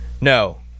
No